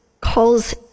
calls